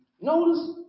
Notice